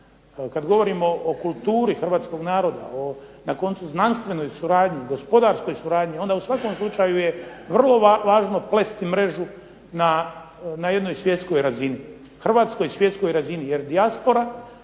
Kad govorimo o kulturi hrvatskog naroda, o na koncu znanstvenoj suradnji, gospodarskoj suradnji onda u svakom slučaju je plesti mrežu na jednoj svjetskoj razini, hrvatskoj i svjetskoj razini. Jer dijaspora